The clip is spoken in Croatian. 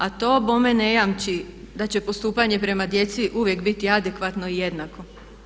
A to bome ne jamči da će postupanje prema djeci uvijek biti adekvatno i jednako.